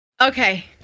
Okay